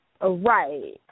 Right